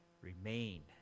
remain